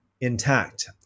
intact